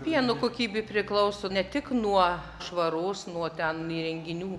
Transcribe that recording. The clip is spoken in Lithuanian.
pieno kokybė priklauso ne tik nuo švaros nuo ten įrenginių